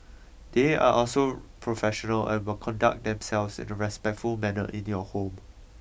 they are also professional and will conduct themselves in a respectful manner in your home